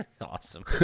Awesome